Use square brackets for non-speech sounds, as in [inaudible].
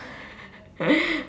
[laughs]